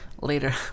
Later